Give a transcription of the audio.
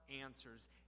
answers